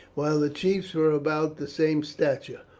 while the chiefs were about the same stature.